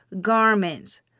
garments